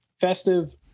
Festive